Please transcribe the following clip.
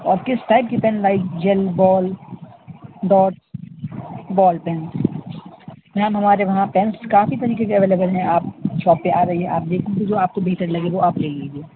اور کس ٹائپ کی pin like gel ball dot ball pin ma'am ہمارے وہاں پنس کافی طریقے کے اویلیبل ہیں آپ شاپ پہ آ جائیے آپ بالکل بھی جو آپ کو بہتر لگے وہ آپ لے لیجیے